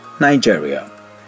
Nigeria